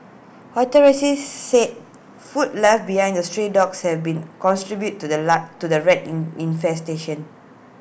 authorities said food left behind the stray dogs have been cons tribute to the to the rat in infestation